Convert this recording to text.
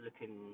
looking